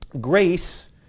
Grace